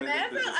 זה מעבר.